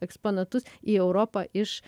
eksponatus į europą iš